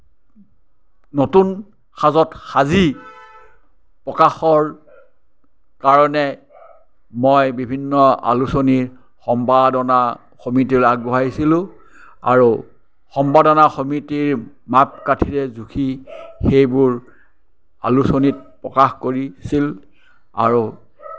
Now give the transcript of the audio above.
নতুন সাজত সাজি প্ৰকাশৰ কাৰণে মই বিভিন্ন আলোচনীৰ সম্পাদনা সমিতিলৈ আগবঢ়াইছিলোঁ আৰু সম্পাদনা সমিতিৰ মাপ কাঠিৰে জুখি সেইবোৰ আলোচনীত প্ৰকাশ কৰিছিল আৰু